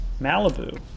Malibu